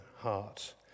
heart